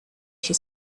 she